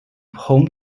home